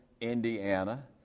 Indiana